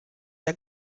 der